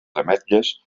ametlles